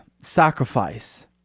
sacrifice